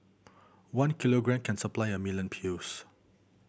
one kilogram can supply a million pills